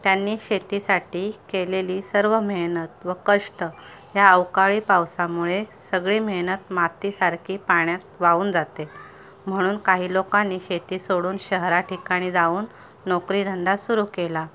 त्यांनी शेतीसाठी केलेली सर्व मेहनत व कष्ट या अवकाळी पावसामुळे सगळी मेहनत मातीसारखी पाण्यात वाहून जाते म्हणून काही लोकांनी शेती सोडून शहरा ठिकाणी जाऊन नोकरीधंदा सुरू केला